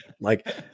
like-